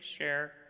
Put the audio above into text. share